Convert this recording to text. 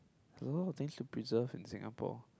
a lot of things to preserve in Singapore